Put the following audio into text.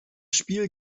spiel